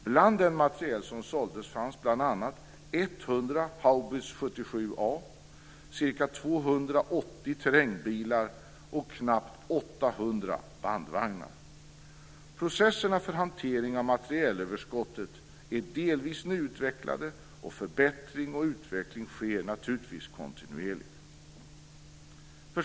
Bland den materiel som såldes fanns bl.a. 100 haubits 77A, ca 280 terrängbilar och knappt 800 bandvagnar. Processerna för hantering av materielöverskottet är delvis nyutvecklade, och förbättring och utveckling sker naturligtvis kontinuerligt.